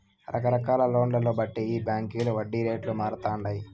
రకరకాల లోన్లను బట్టి ఈ బాంకీల వడ్డీ రేట్లు మారతండాయి